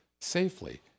safely